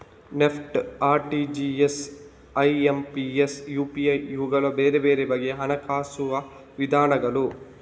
NEFT, RTGS, IMPS, UPI ಇವುಗಳು ಬೇರೆ ಬೇರೆ ಬಗೆಯ ಹಣ ಕಳುಹಿಸುವ ವಿಧಾನಗಳು